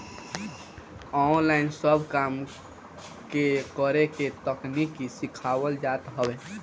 online सब काम के करे के तकनीकी सिखावल जात हवे